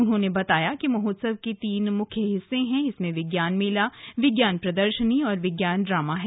उन्होंने बताया कि महोत्सव के तीन मुख्य हिस्से हैं इसमें विज्ञान मेला विज्ञान प्रदर्शनी और विज्ञान ड्रामा है